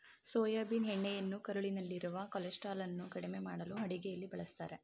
soybean ಎಣ್ಣೆಯನ್ನು ಕರುಳಿನಲ್ಲಿರುವ ಕೊಲೆಸ್ಟ್ರಾಲನ್ನು ಕಡಿಮೆ ಮಾಡಲು ಅಡುಗೆಯಲ್ಲಿ ಬಳ್ಸತ್ತರೆ